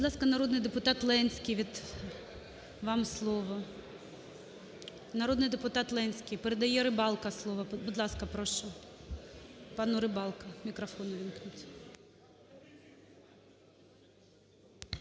Будь ласка, народний депутат Ленський, вам слово. Народний депутат Ленський передає Рибалці слово. Будь ласка, прошу, пану Рибалці мікрофон увімкніть.